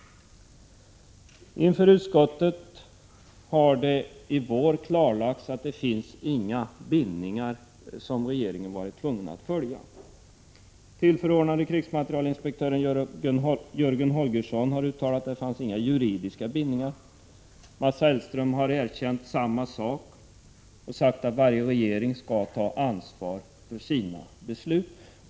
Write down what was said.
Inför utskottet har det i vår klarlagts att det inte finns några bindningar som regeringen varit tvungen att följa. Tillförordnade krigsmaterielinspektören Jörgen Holgersson har uttalat att det inte fanns några juridiska bindningar. Mats Hellström har erkänt samma sak och sagt att varje regering skall ta ansvar för sina beslut.